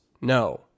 No